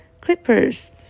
clippers